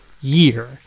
year